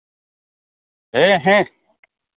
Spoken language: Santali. ᱦᱮᱸ ᱦᱮᱸ